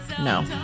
No